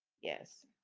Yes